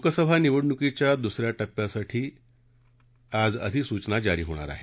लोकसभा निवडणुकीच्या दुस या टप्प्यासाठी आज अधिसूचना जारी होणार आहे